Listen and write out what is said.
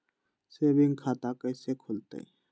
Saving खाता कैसे खुलतई?